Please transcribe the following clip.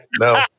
no